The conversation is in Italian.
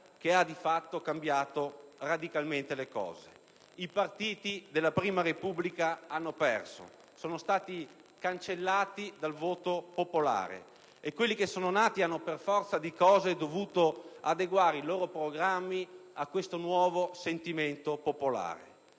che ha di fatto cambiato radicalmente le cose. I partiti della prima Repubblica hanno perso, sono stati cancellati dal voto popolare, e quelli che sono nati hanno per forza di cose dovuto adeguare i loro programmi a questo nuovo sentimento popolare.